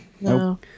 No